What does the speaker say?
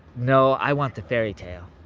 no, i want the fairy tale.